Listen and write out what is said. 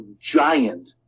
giant